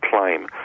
claim